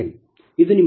ಇದು ನಿಮ್ಮdPLossdPgi